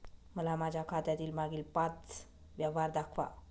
मला माझ्या खात्यातील मागील पांच व्यवहार दाखवा